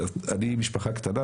אני עם משפחה קטנה,